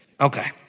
Okay